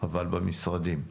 אבל במשרדים.